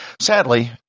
Sadly